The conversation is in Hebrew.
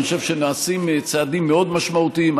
אני חושב שנעשים צעדים מאוד משמעותיים.